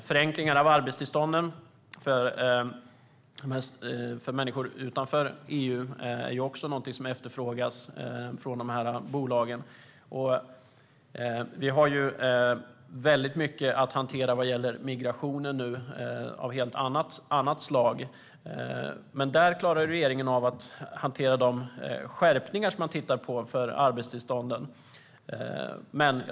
Förenklingar när det gäller arbetstillstånd för människor utanför EU är också något som bolagen efterfrågar. Vi har just nu mycket att hantera när det gäller migration av helt annat slag, men där klarade regeringen av att hantera de skärpningar när det gäller arbetstillstånd som man tittade på.